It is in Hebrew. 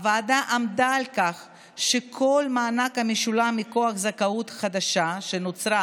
הוועדה עמדה על כך שכל מענק המשולם מכוח זכאות חדשה שנוצרה